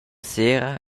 sera